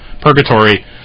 Purgatory